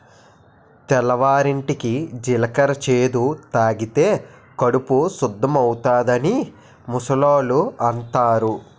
తెల్లవారింటికి జీలకర్ర చేదు తాగితే కడుపు సుద్దవుతాదని ముసలోళ్ళు అంతారు